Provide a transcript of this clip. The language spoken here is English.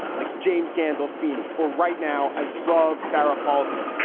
like james gandolfini or right now. i love sarah paulson